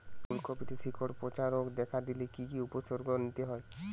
ফুলকপিতে শিকড় পচা রোগ দেখা দিলে কি কি উপসর্গ নিতে হয়?